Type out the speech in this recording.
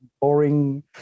boring